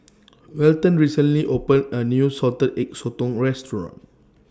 Welton recently opened A New Salted Egg Sotong Restaurant